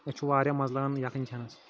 اَسہِ چھُ واریاہ مَزٕ لَگان یکھٕنۍ کھؠنَس